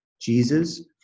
Jesus